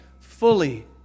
fully